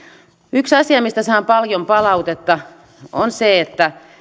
yksi asia mistä saan paljon palautetta on se että